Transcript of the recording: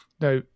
Now